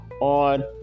on